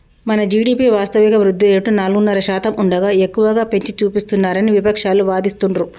మన జీ.డి.పి వాస్తవిక వృద్ధి రేటు నాలుగున్నర శాతం ఉండగా ఎక్కువగా పెంచి చూపిస్తున్నారని విపక్షాలు వాదిస్తుండ్రు